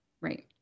Right